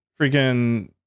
freaking